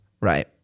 right